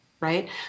right